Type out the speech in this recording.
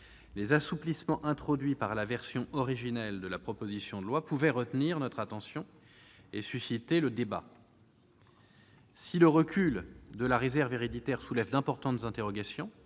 les assouplissements proposés dans la version originelle du texte pouvaient retenir notre attention et susciter le débat. Si le recul de la réserve héréditaire soulève d'importantes interrogations,